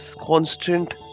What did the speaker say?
constant